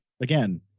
again